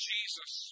Jesus